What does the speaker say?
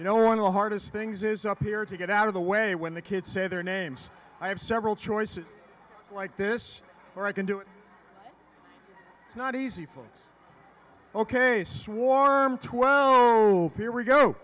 the hardest things is up there to get out of the way when the kids say their names i have several choices like this or i can do it it's not easy for ok swarm to oh oh here we go